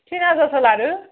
थिन हाजारसो लादो